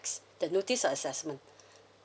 the notice of assessment